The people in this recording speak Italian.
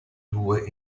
due